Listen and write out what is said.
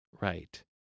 right